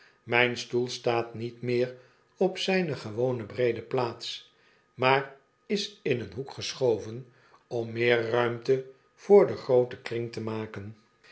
mijn stoel staat niet meer op zgne gewone breede plaats maar is in een hoek geschoven om meer ruimte voor den grooten kring te maken